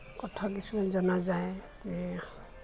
কথা কিছুমান জনা যায় যে